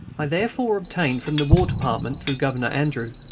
i therefore obtained from the war department, through governor andrew,